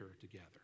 together